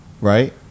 right